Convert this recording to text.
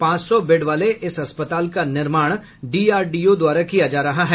पांच सौ बेड वाले इस अस्पताल का निर्माण डीआरडीओ द्वारा किया जा रहा है